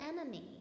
enemy